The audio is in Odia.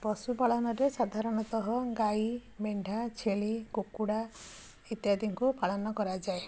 ପଶୁ ପାଳନରେ ସାଧାରଣତଃ ଗାଈ ମେଣ୍ଢା ଛେଳି କୁକୁଡ଼ା ଇତ୍ୟାଦିଙ୍କୁ ପାଳନ କରାଯାଏ